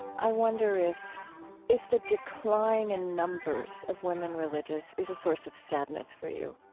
i wonder if if the decline in numbers of women religious is a source of sadness for you